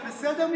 זה בסדר מבחינתך?